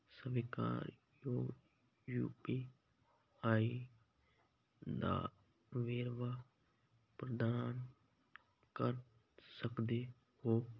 ਸਵੀਕਾਰਯੋਗ U P I ਦਾ ਵੇਰਵਾ ਪ੍ਰਦਾਨ ਕਰ ਸਕਦੇ ਹੋ